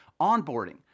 Onboarding